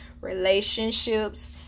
relationships